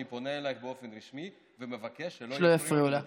אני פונה אלייך באופן רשמי ומבקש שלא יפריעו לי לדבר.